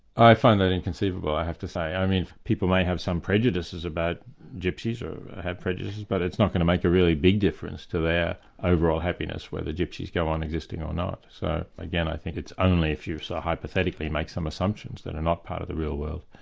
i find that inconceivable, i have to say. i mean, people may have some prejudices about gypsies, or have prejudices but it's not going to make a really big difference to their overall happiness, whether gypsies go on existing or not. so again, i think it's only if you so hypothetically make some assumptions that are not part of the real world,